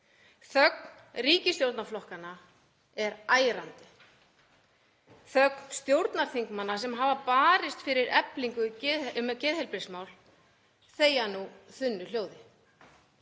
Þögn ríkisstjórnarflokkanna er ærandi. Stjórnarþingmenn sem hafa barist fyrir eflingu í geðheilbrigðismálum þegja nú þunnu hljóði.